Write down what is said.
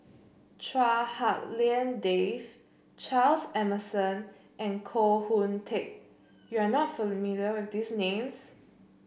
Chua Hak Lien Dave Charles Emmerson and Koh Hoon Teck you are not familiar with these names